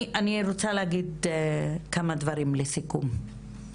אני רוצה להגיד כמה דברים לסיכום.